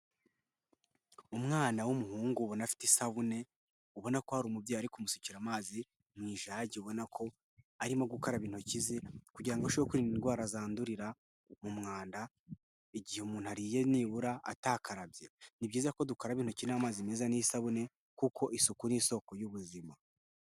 Umwana w'umuhungu ubona afite isabune, ubona ko hari umubyeyi ari kumusukera amazi mu ijage ubona ko arimo gukaraba intoki ze kugira ngo arusheho kwirinda indwara zandurira mu mwanda igihe umuntu ariye nibura atakarabye, ni byiza ko dukaraba intoki n'amazi meza n'isabune kuko isuku ni isoko y'ubuzima.